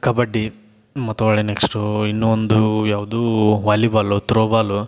ಕಬಡ್ಡಿ ಮತ್ತು ಹೊರ್ಳಿ ನೆಕ್ಸ್ಟು ಇನ್ನೂ ಒಂದು ಯಾವುದು ವಾಲಿಬಾಲು ತ್ರೋಬಾಲು